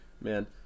Man